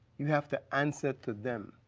you have to answer to them.